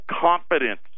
confidence